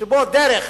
שבו דרך